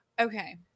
Okay